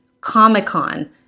comic-con